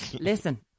Listen